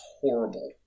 horrible